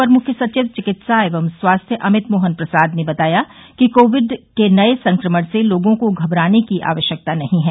अपर मुख्य सचिव चिकित्सा एवं स्वास्थ्य अमित मोहन प्रसाद ने बताया कि कोविड के नये संक्रमण से लोगों को घबराने की आवश्यकता नहीं है